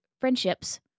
friendships